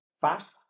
fast